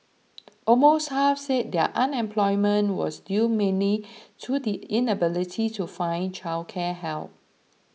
almost half said their unemployment was due mainly to the inability to find childcare help